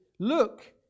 Look